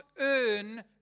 earn